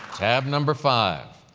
tab number five.